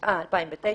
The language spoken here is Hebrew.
התש"ע 2009,